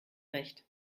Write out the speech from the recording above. recht